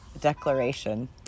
declaration